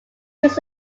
was